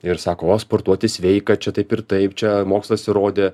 ir sako o sportuoti sveika čia taip ir taip čia mokslas įrodė